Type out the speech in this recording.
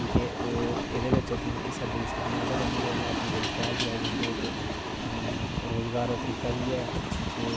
कि के ओह् एह्दे बिच्च अपना हिस्सा देई सकदियां ओह्दे कन्नै केह् होंदा अपना रोजगार चलाई सकदियां इक रोजगार दा तरीका बी ऐ के